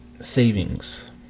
Savings